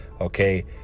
okay